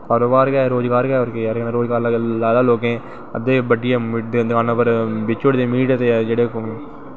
परिवार गै ऐ रोज़गार गै ऐ रोज़गार लैना लोकें अध्दे बड्डियै बेची ओड़दे दकानां पर मीट ते